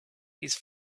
his